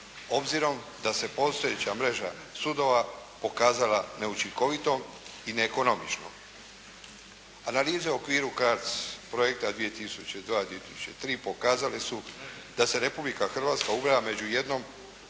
obzirom da se postojeća mreža sudova pokazala neučinkovitom i neekonomičnom. Analize u okviru CARDS projekta 2002/2003. pokazale su da se Republika Hrvatska ubraja u jednom